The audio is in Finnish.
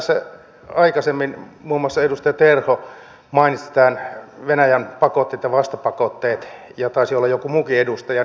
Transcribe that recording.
tässä aikaisemmin muun muassa edustaja terho mainitsi venäjän pakotteet ja vastapakotteet ja taisi olla joku muukin edustaja